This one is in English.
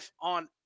on